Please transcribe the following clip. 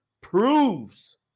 proves